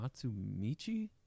Matsumichi